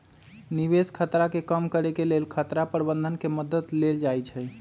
निवेश खतरा के कम करेके लेल खतरा प्रबंधन के मद्दत लेल जाइ छइ